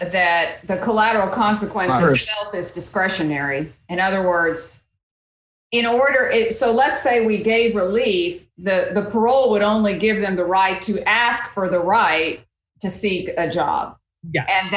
that the collateral consequences for this discretionary and other words in order is so let's say we gave relief the parole would only give them the right to ask for the right to see the job and